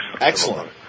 Excellent